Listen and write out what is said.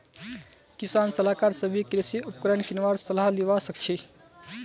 किसान सलाहकार स भी कृषि उपकरण किनवार सलाह लिबा सखछी